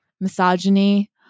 misogyny